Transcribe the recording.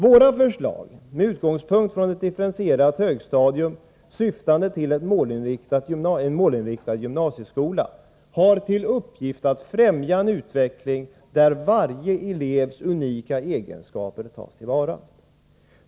Våra förslag om ett differentierat högstadium och en målinriktad gymnasieskola har till uppgift att främja en utveckling, där varje elevs unika egenskaper tas till vara.